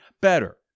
better